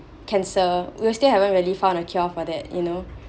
cancer we still haven't really found a cure for that you know